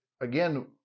again